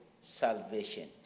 salvation